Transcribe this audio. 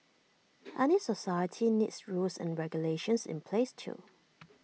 any society needs rules and regulations in place too